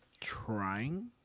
trying